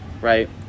right